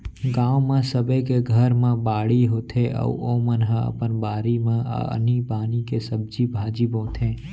गाँव म सबे के घर म बाड़ी होथे अउ ओमन ह अपन बारी म आनी बानी के सब्जी भाजी बोथे